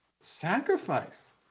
sacrifice